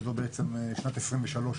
שזו בעצם שנת 2023,